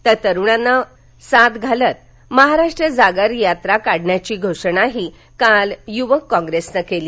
तर तरूण मतदारांना साद घालत महाराष्ट्रजागर यात्रा काढण्याची घोषणा काल युवक कॉप्रेसन केली